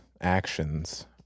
actions